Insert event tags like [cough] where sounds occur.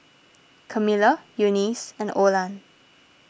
[noise] Camila Eunice and Olan